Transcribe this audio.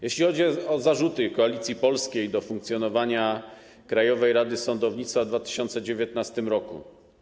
Jeśli chodzi o zarzuty Koalicji Polskiej wobec funkcjonowania Krajowej Rady Sądownictwa w roku 2019.